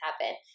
happen